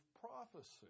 prophecy